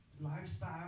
lifestyle